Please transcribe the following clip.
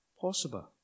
possible